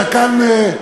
זקן,